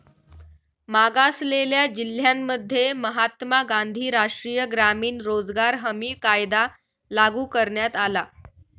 मागासलेल्या जिल्ह्यांमध्ये महात्मा गांधी राष्ट्रीय ग्रामीण रोजगार हमी कायदा लागू करण्यात आला